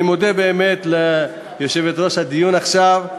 אני מודה ליושבת-ראש הדיון עכשיו.